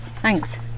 thanks